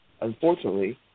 unfortunately